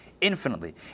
infinitely